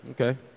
Okay